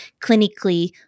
clinically